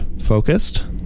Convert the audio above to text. focused